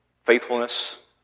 faithfulness